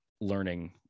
learning